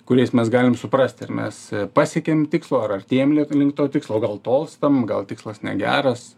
kuriais mes galim suprast ar mes pasiekėm tikslą ar artėjam li link to tikslo o gal tolstam gal tikslas negeras